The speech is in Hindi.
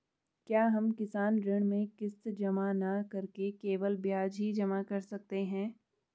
क्या हम किसान ऋण में किश्त जमा न करके केवल ब्याज ही जमा कर सकते हैं?